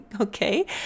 Okay